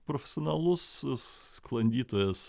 profesionalus sklandytojas